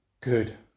good